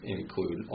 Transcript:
include